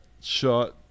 shot